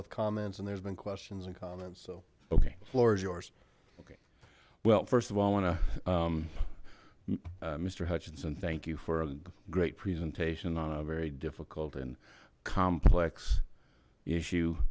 with comments and there's been questions and comments so okay floor is yours okay well first of all i want a mister hutchinson thank you for a great presentation on a very difficult and complex issue